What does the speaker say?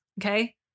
Okay